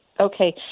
Okay